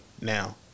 now